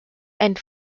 and